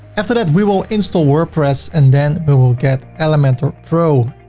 after that, we will install wordpress, and then we will get elementor pro,